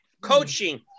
coaching